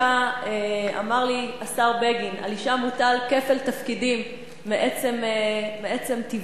אמר לי השר בגין: על אשה מוטל כפל תפקידים מעצם טבעה,